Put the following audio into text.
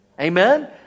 Amen